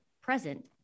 present